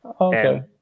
Okay